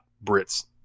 Brit's